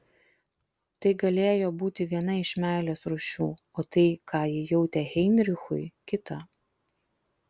tai galėjo būti viena iš meilės rūšių o tai ką ji jautė heinrichui kita